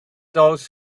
those